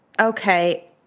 Okay